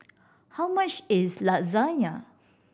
how much is